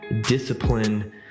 discipline